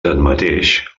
tanmateix